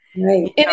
right